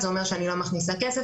זה אומר שאני לא מכניסה כסף.